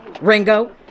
Ringo